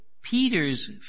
Peter's